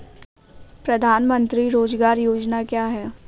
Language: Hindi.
प्रधानमंत्री रोज़गार योजना क्या है?